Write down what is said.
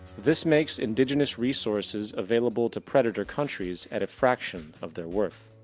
this makes indigenes resources available to predator countries at a fraction of their worth.